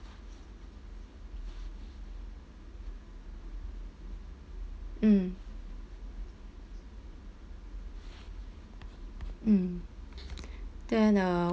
mm mm then uh